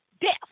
death